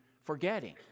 forgetting